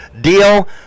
Deal